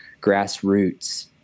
Grassroots